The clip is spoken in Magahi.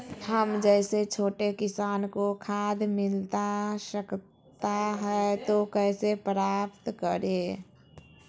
हम जैसे छोटे किसान को खाद मिलता सकता है तो कैसे प्राप्त करें?